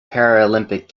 paralympic